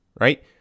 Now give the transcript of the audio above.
right